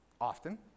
often